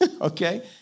okay